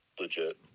legit